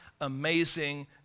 amazing